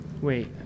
Wait